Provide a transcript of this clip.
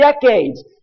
decades